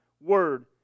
Word